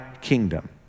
kingdom